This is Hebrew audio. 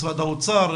משרד האוצר,